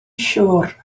siŵr